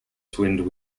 twinned